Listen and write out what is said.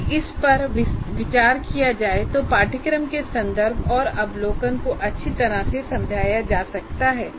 यदि इस पर विचार किया जाए तो पाठ्यक्रम के संदर्भ और अवलोकन को अच्छी तरह से समझाया जा सकता है